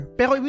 pero